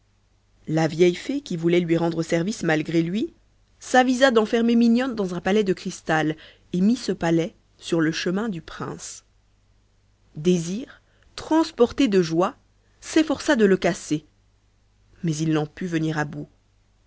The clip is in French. la vieille fée qui voulait lui rendre service s'avisa malgré lui d'enfermer mignonne dans un palais de cristal et mit ce palais sur le chemin du prince désir transporté de joie s'efforça de le casser mais il n'en put venir à bout